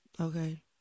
Okay